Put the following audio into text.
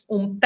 un